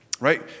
Right